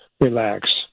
relax